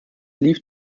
lief